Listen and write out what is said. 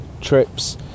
trips